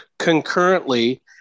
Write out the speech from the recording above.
Concurrently